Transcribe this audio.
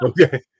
Okay